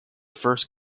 first